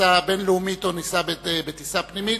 בטיסה בין-לאומית או בטיסה פנימית,